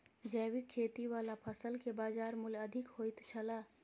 जैविक खेती वाला फसल के बाजार मूल्य अधिक होयत छला